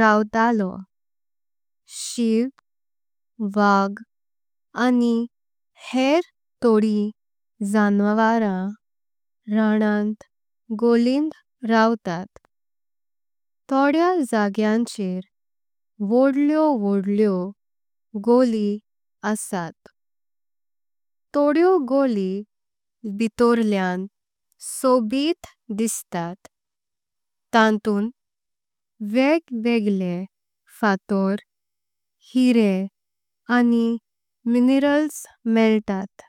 रव्तलो शिव वाघ आनि हेर। तोडीं जाणावरां रान्नांत घोलिंत रव्तात तोडेया। जोग्यांचेर व्होड़लेओ व्होड़लेओ घोळी असात। तोडेओ घोळी भीतुरलेआं सोबीत दिसतात तान्तून। वेग वेगल्ले फाटोर हीरे आनि मिनेरल्स मेळ्तात।